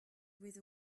with